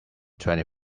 twenty